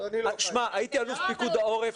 הייתי אלוף פיקוד העורף.